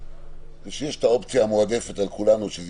זה שיש את האופציה המועדפת על כולנו שזה